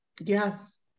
Yes